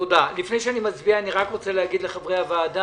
אני רוצה את התשובות לגבי הדברים שהועלו.